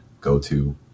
go-to